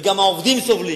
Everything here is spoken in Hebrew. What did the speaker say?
וגם העובדים סובלים.